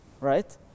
right